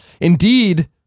Indeed